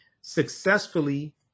successfully